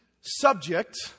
subject